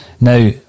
now